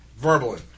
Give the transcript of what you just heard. Verbally